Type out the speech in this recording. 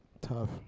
Tough